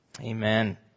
Amen